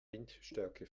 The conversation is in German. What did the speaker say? windstärke